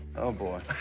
oh, boy.